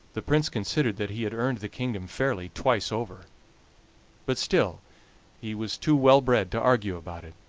the prince considered that he had earned the kingdom fairly twice over but still he was too well bred to argue about it,